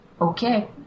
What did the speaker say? Okay